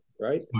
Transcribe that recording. right